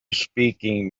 speaking